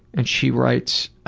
and she writes,